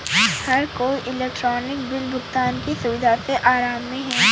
हर कोई electronic bill भुगतान की सुविधा से आराम में है